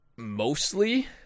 Mostly